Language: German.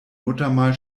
muttermal